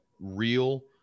real